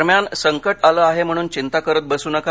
दरम्यान संकट आलं आहे म्हणून चिंता करत बसू नका